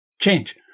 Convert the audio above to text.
change